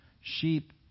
sheep